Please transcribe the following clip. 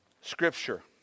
scripture